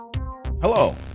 Hello